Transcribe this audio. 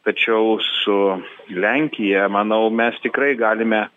tačiau su lenkija manau mes tikrai galime